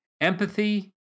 Empathy